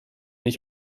ich